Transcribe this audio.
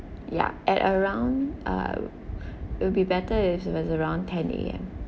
ya at around uh it'll be better if it's around ten A_M